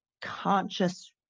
conscious